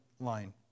line